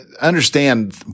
understand